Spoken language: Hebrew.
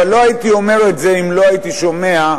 אבל לא הייתי אומר אם לא הייתי שומע,